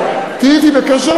תהיי אתי בקשר,